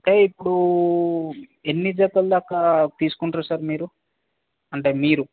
అంటే ఇప్పుడు ఎన్ని జతలు దాకా తీసుకుంటారు సార్ మీరు అంటే మీరు